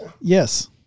Yes